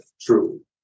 True